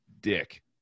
dick